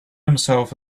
himself